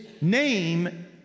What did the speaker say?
name